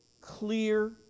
clear